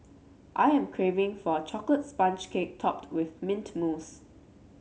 I am craving for a chocolate sponge cake topped with mint mousse